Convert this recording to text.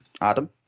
Adam